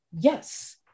Yes